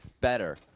Better